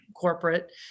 corporate